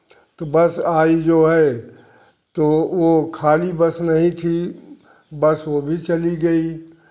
तो बस आई जो है तो वह खाली बस नहीं थी बस वह भी चली गई